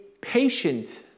patient